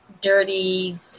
dirty